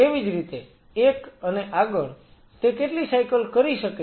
તેવી જ રીતે એક અને આગળ તે કેટલી સાયકલ કરી શકે છે